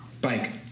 Bike